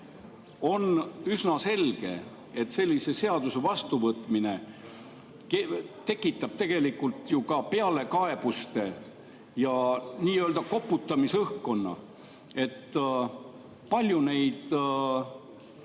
On üsna selge, et sellise seaduse vastuvõtmine tekitab tegelikult ju ka pealekaebamise, nii-öelda koputamise õhkkonna. Palju neid